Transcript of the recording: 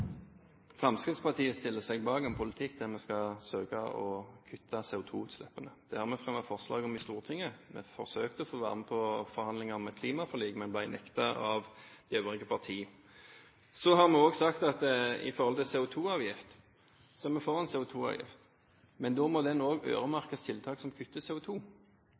Fremskrittspartiet stiller seg bak en politikk der vi skal sørge for å kutte CO2-utslippene. Det har vi fremmet forslag om i Stortinget. Vi forsøkte å få være med på forhandlingene om et klimaforlik, men ble nektet av de øvrige partiene. Så har vi også sagt når det gjelder CO2-avgift, at vi er for en CO2-avgift. Men da må den også øremerkes tiltak som kutter